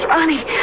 Ronnie